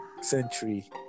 century